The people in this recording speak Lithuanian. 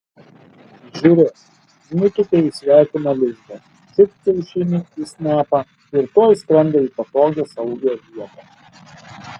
žiūrėk nutūpė į svetimą lizdą čiupt kiaušinį į snapą ir tuoj skrenda į patogią saugią vietą